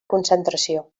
concentració